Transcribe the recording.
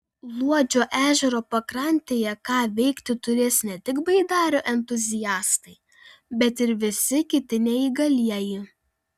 luodžio ežero pakrantėje ką veikti turės ne tik baidarių entuziastai bet ir visi kiti neįgalieji